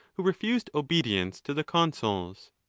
who refused obedience to the consuls.